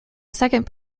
second